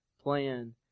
plan